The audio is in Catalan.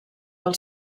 del